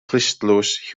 clustdlws